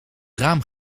raam